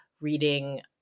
reading